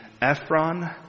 Ephron